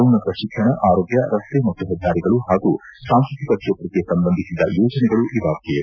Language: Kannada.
ಉನ್ನತ ಶಿಕ್ಷಣ ಆರೋಗ್ಯ ರಸ್ತೆ ಮತ್ತು ಹೆದ್ದಾರಿಗಳು ಹಾಗೂ ಸಾಂಸ್ಟತಿಕ ಕ್ಷೇತ್ರಕ್ಕೆ ಸಂಬಂಧಿಸಿದ ಯೋಜನೆಗಳು ಇವಾಗಿವೆ